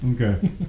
Okay